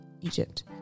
Egypt